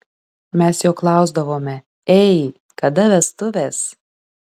mes jo klausdavome ei kada vestuvės